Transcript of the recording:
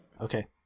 Okay